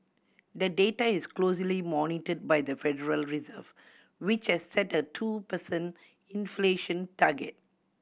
the data is closely monitored by the Federal Reserve which has set a two per cent inflation target